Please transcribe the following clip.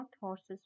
horses